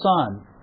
son